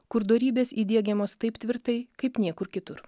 kur dorybės įdiegiamos taip tvirtai kaip niekur kitur